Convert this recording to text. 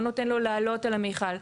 לא נותן לו לעלות על המיכל,